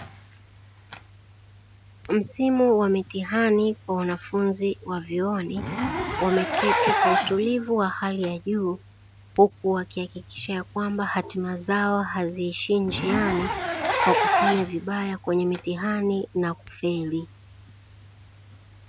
Msimu wa mitihani kwa wanafunzi wa vyuoni wameketi kwa utulivu wa hali ya juu, huku wakihakikisha ya kwamba hatima zao haziishii njiani kwa kufanya vibaya kwenye mitihani na kufeli.